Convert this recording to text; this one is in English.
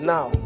Now